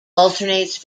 alternates